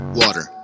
water